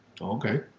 Okay